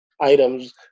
items